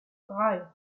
drei